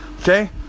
okay